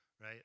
right